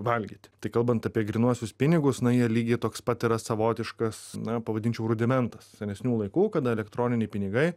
valgyt tai kalbant apie grynuosius pinigus na jie lygiai toks pat yra savotiškas na pavadinčiau rudimentas senesnių laikų kada elektroniniai pinigai